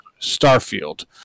Starfield